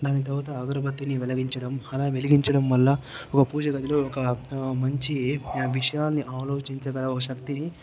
దాని తరవాత అగరబత్తిని వెలిగించడం అలా వెలిగించడం వల్ల పూజ గదిలో ఒక మంచి విషయాన్ని ఆలోచించ గల ఒక శక్తిని